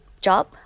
job